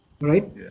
right